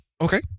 Okay